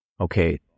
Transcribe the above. Okay